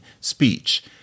speech